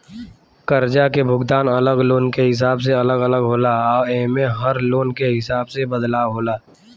कर्जा के भुगतान अलग लोन के हिसाब से अलग अलग होला आ एमे में हर लोन के हिसाब से बदलाव होला